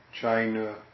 China